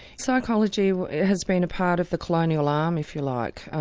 psychology has been a part of the colonial arm, if you like,